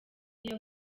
iyo